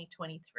2023